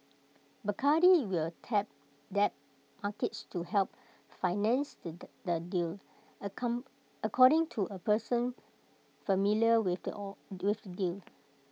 Bacardi will tap debt markets to help finance the the deal according to A person familiar with the all with the deal